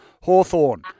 Hawthorne